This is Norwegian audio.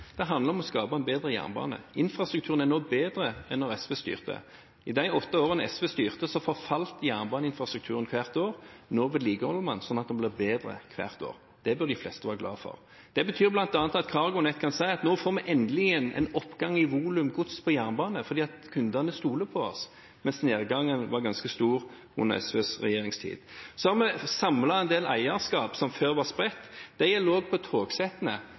det er fornuftig. Det handler om å skape en bedre jernbane. Infrastrukturen er nå bedre enn da SV styrte. I de åtte årene SV styrte, forfalt jernbaneinfrastrukturen hvert år. Nå vedlikeholder man slik at den blir bedre hvert år. Det bør de fleste være glade for. Det betyr bl.a. at CargoNet kan si: Nå får vi endelig en oppgang i volum gods på jernbane, fordi kundene stoler på oss. Mens nedgangen var ganske stor under SVs regjeringstid. Vi har samlet en del eierskap som før var spredt. Det gjelder også for togsettene,